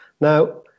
Now